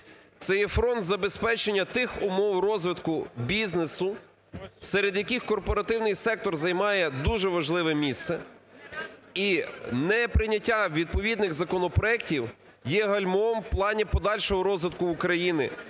Це є фронт забезпечення тих умов розвитку бізнесу, серед яких корпоративний сектор займає дуже важливе місце. І неприйняття відповідних законопроектів є гальмом в плані подальшого розвитку України